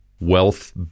wealth